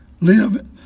live